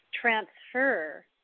transfer